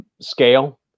scale